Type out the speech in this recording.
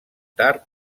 tard